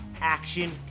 action